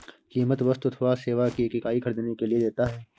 कीमत वस्तु अथवा सेवा की एक इकाई ख़रीदने के लिए देता है